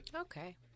Okay